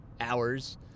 hours